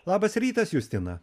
labas rytas justina